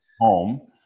home